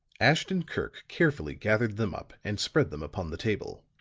ashton-kirk carefully gathered them up and spread them upon the table.